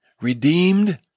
redeemed